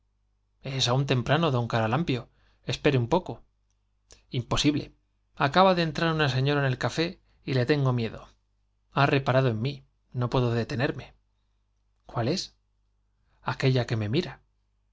es aun temprano d caralampio espere un poco imposible acaba de entrar una señora en el café y le tengo miedo ha reparado en mí no puedo detenerme cuál es aquella que me mira